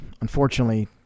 unfortunately